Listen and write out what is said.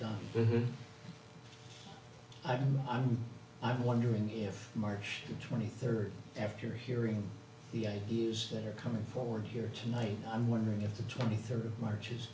done with i'm i'm i'm wondering if marsh twenty third after hearing the ideas that are coming forward here tonight i'm wondering if the twenty third march